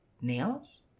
nails